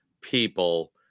people